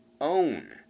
own